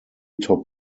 top